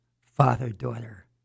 father-daughter